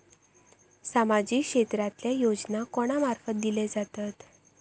सामाजिक क्षेत्रांतले योजना कोणा मार्फत दिले जातत?